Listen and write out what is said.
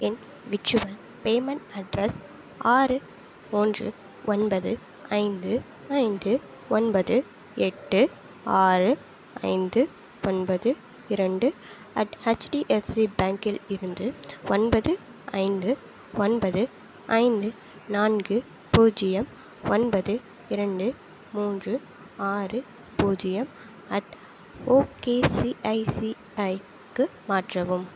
என் virtual payment address ஆறு ஒன்று ஒன்பது ஐந்து ஐந்து ஒன்பது எட்டு ஆறு ஐந்து ஒன்பது இரண்டு அட் ஹெச்டிஎஃப்சி பேங்க்கில் இருந்து ஒன்பது ஐந்து ஒன்பது ஐந்து நான்கு பூஜ்ஜியம் ஒன்பது இரண்டு மூன்று ஆறு பூஜ்ஜியம் அட் ஓகேசிஐசிஐக்கு மாற்றவும்